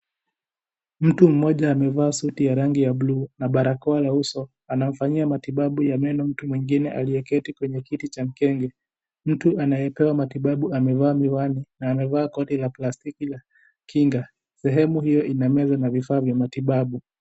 Mtu mmoja amevaa suti ya rangi ya bluu na barakoa la uso. Anamfanyia matibabu ya meno mtu mwingine aliyeketi kwenye kiti cha mkenge. Mtu anayepewa matibabu amevaa miwani na amevaa koti la plastiki la kinga. Sehemu hiyo ina meza na vifaa vya matibabu.